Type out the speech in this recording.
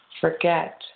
forget